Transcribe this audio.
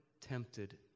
tempted